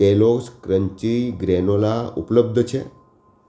Kellogg's crunchy granola ઉપલબ્ધ છે